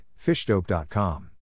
fishdope.com